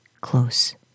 close